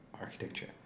architecture